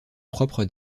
propre